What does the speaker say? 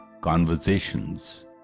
conversations